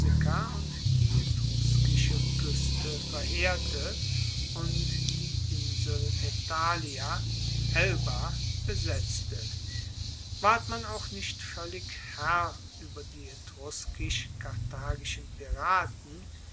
und die etruskische kueste verheerte und die insel aethalia elba besetzte ward man auch nicht voellig herr ueber die etruskisch karthagischen piraten